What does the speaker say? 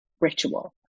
ritual